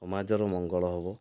ସମାଜର ମଙ୍ଗଳ ହବ